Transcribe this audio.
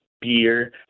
beer